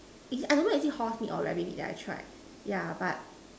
is it I don't know is it horse meat or rabbit meat ah that I tried yeah but